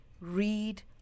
read